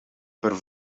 per